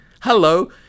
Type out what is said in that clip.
Hello